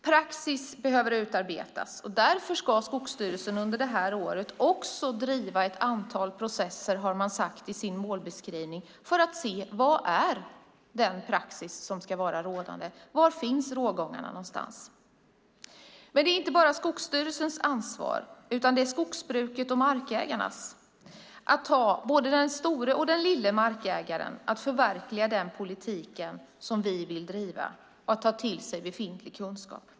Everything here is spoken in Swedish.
Praxis behöver utarbetas, och därför ska Skogsstyrelsen under det här året driva ett antal processer, har man sagt i sin målbeskrivning, för att se vilken praxis som ska vara rådande. Var finns rågångarna? Men det är inte bara Skogsstyrelsens ansvar, utan det är också skogsbrukets och markägarnas ansvar, så att både den stora och den lilla markägaren förverkligar den politik som vi vill driva och tar till sig befintlig kunskap.